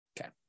Okay